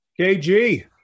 KG